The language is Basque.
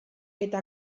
eta